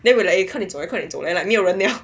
then we were like eh 快点走 leh 快点走 leh 没有人了